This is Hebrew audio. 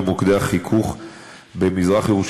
במוקדי החיכוך במזרח-ירושלים,